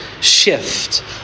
shift